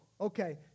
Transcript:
Okay